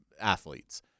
athletes